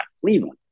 Cleveland